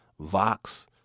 Vox